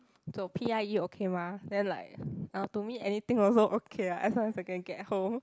so p_i_e okay mah then like uh to me anything also okay ah as long as I can get home